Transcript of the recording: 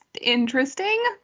interesting